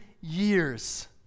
years